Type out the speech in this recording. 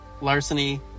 larceny